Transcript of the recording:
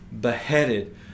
beheaded